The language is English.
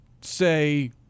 say